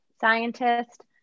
scientist